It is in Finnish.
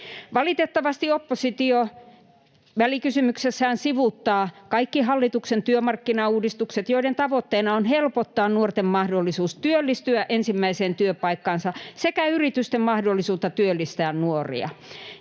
Valitettavasti oppositio välikysymyksessään sivuuttaa kaikki hallituksen työmarkkinauudistukset, joiden tavoitteena on helpottaa nuorten mahdollisuutta työllistyä ensimmäiseen työpaikkaansa sekä yritysten mahdollisuutta työllistää nuoria.